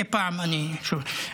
מדי פעם אני שומע.